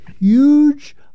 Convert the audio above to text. huge